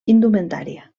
indumentària